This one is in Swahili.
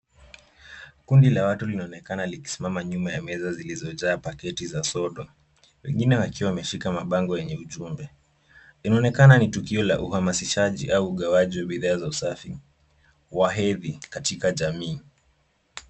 Kundi la watu linaonekana likisimama nyuma ya meza zilizojaa paketi za sodo. Wengine wakiwa wameshika mabango yenye ujumbe. Inaonekana ni tukio la uhamasishaji au ugawaji wa bidhaa za usafi wa hedhi katika jamii.